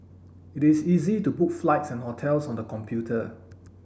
it is easy to book flights and hotels on the computer